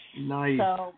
Nice